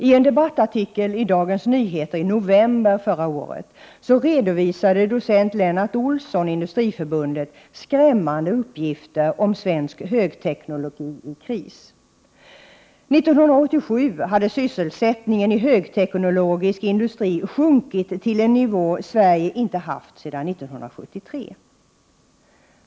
I en debattartikel i Dagens Nyheter i november förra året redovisade docent Lennart Ohlsson, Industriförbundet, skrämmande uppgifter om svensk högteknologi i kris: " 1987 hade sysselsättningen i högteknologisk industri sjunkit till en nivå Sverige inte haft sedan 1973.